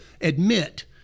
admit